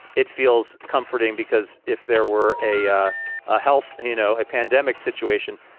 it feels comforting because if there were a ah a health, you know, a pandemic situation,